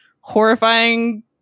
horrifying